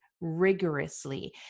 rigorously